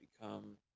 become